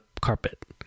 carpet